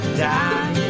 die